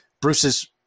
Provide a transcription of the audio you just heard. Bruce's